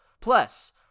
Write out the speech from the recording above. Plus